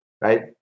right